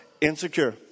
insecure